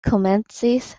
komencis